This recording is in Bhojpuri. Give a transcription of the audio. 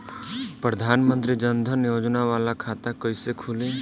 प्रधान मंत्री जन धन योजना वाला खाता कईसे खुली?